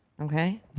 Okay